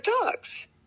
dogs